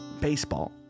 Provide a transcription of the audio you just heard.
Baseball